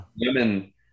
women